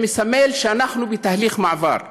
זה מסמל שאנחנו בתהליך מעבר,